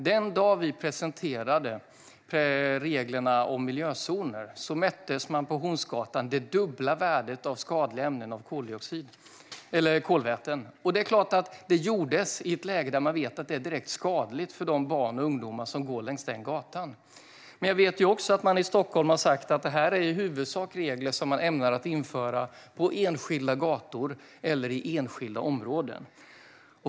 Den dag vi presenterade reglerna om miljözoner uppmätte man på Hornsgatan det dubbla värdet av skadliga ämnen av kolväten. Vi gjorde det i ett läge där man vet att det är direkt skadligt för de barn och ungdomar som går längs denna gata. Jag vet att man i Stockholm har sagt att detta i huvudsak är regler som man ämnar införa på enskilda gator eller i enskilda områden.